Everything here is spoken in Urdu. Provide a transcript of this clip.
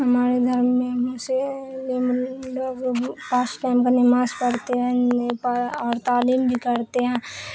ہمارے دھرم میں بہت سے لوگ پانچ ٹائم پر نماز پڑھتے ہیں اور تعلیم بھی کرتے ہیں